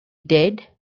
did